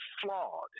flawed